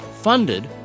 funded